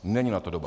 Není na to doba.